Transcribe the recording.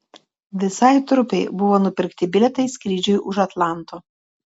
visai trupei buvo nupirkti bilietai skrydžiui už atlanto